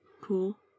Cool